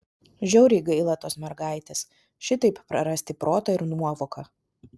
žiauriai gaila tos mergaitės šitaip prarasti protą ir nuovoką